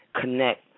connect